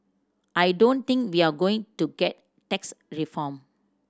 I don't think we're going to get tax reform